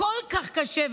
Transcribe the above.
כל כך קשבת,